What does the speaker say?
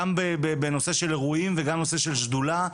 גם בנושא של אירועים וגם בנושא של שדולה.